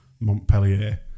Montpellier